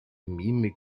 mimik